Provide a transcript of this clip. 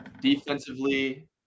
defensively